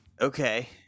okay